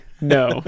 no